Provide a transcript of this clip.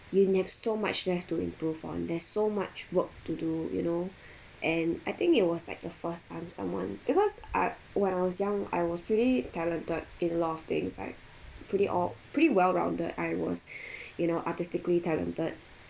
you have so much left to improve on there's so much work to do you know and I think it was like the first time someone because uh when I was young I was really talented in lot of things like pretty all pretty well-rounded I was you know artistically talented